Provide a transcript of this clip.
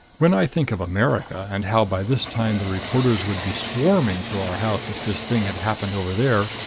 when i think of america, and how by this time the reporters would be swarming through our house if this thing had happened over there,